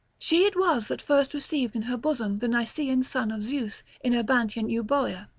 she it was that first received in her bosom the nysean son of zeus in abantian euboea,